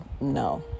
no